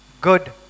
good